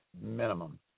minimum